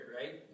right